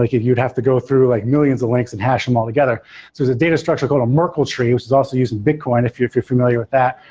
like if you'd have to go through like millions of links and hash all together, so the data structure called a merkel tree, which is also using bitcoin if you're if you're familiar with that,